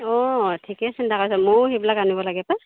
অঁ ঠিকে চিন্তা কৰিছে ময়ো সেইবিলাক আনিব লাগে পায়